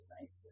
nice